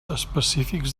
específics